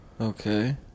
okay